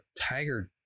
Tiger